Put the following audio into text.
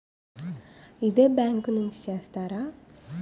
ఇదే బ్యాంక్ నుంచి చేస్తారా?